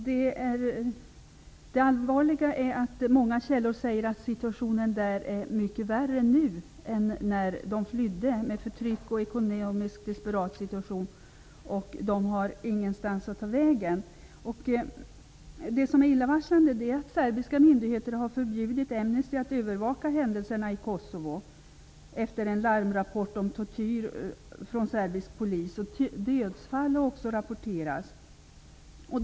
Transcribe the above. Fru talman! Det allvarliga är att många källor säger att situationen där är mycket värre nu än när människor flydde från förtryck och desperat ekonomisk situation. De har ingenstans att ta vägen. Det illavarslande är att serbiska myndigheter efter en larmrapport om tortyr utförd av serbisk polis -- även dödsfall har rapporterats -- har förbjudit Amnesty att övervaka händelserna i Kosovo.